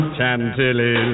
Chantilly